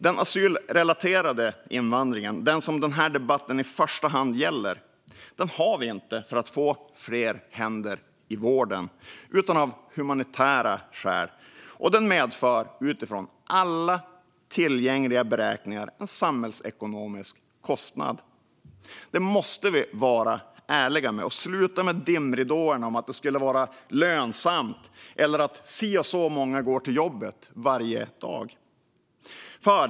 Den asylrelaterade invandringen, som den här debatten i första hand gäller, har vi inte för att få fler händer i vården utan av humanitära skäl, och den medför utifrån alla tillgängliga beräkningar en samhällsekonomisk kostnad. Det måste vi vara ärliga med, och vi måste sluta med dimridåerna om att det skulle vara lönsamt eller att si och så många går till jobbet varje dag.